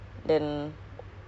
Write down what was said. oh